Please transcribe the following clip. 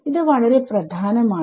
ഇത് വളരെ പ്രധാനം ആണ്